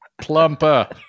Plumper